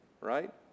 right